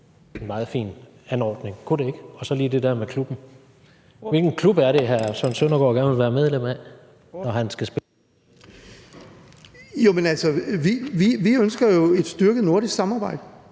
vi ønsker jo et styrket nordisk samarbejde.